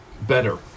better